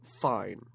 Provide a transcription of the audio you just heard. fine